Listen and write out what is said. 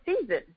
season